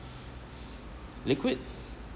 liquid